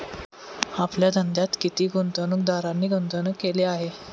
आपल्या धंद्यात किती गुंतवणूकदारांनी गुंतवणूक केली आहे?